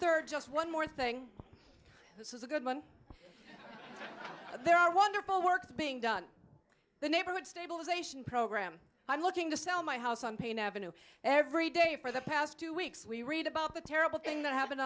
third just one more thing this is a good one there are wonderful work being done the neighborhood stabilization program i'm looking to sell my house on pain ave every day for the past two weeks we read about the terrible thing that happened